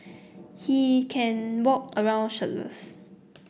he can walk around shirtless